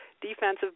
defensive